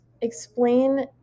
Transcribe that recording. explain